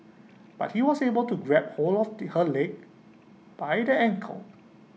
but he was able to grab hold of he her leg by the ankle